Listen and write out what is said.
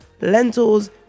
lentils